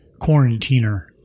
quarantiner